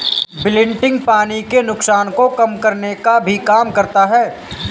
wilting पानी के नुकसान को कम करने का भी काम करता है